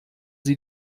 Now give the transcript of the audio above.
sie